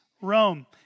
Rome